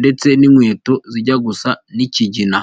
ndetse n'inkweto zijya gusa n'ikigina.